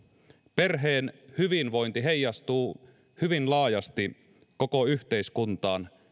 perheen hyvinvointi heijastuu hyvin laajasti koko yhteiskuntaan